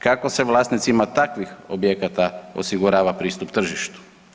Kako se vlasnicima takvih objekata osigurava pristup tržištu?